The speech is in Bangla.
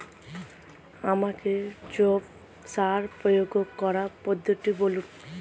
আমাকে জৈব সার প্রয়োগ করার পদ্ধতিটি বলুন?